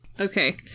Okay